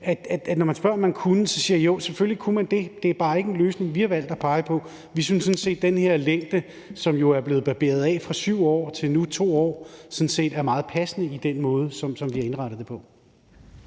Når man spørger, om man kunne, så siger jeg, at jo, selvfølgelig kunne man det. Det er bare ikke en løsning, vi har valgt at pege på. Vi synes sådan set, at den her længde, som jo er blevet barberet ned fra 7 år til nu 2 år, er meget passende i den måde, som vi har indrettet det på.